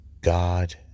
God